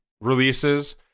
releases